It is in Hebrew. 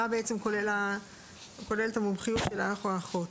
מה כוללת המומחיות של האח או האחות?